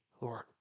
Lord